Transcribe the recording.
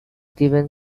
given